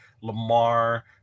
Lamar